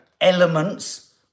elements